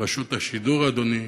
רשות השידור, אדוני,